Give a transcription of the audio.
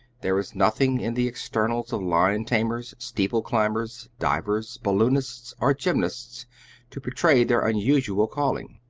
there is nothing in the externals of lion-tamers, steeple-climbers, divers, balloonists, or gymnasts to betray their unusual calling.